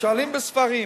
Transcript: שואלים בספרים: